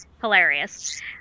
hilarious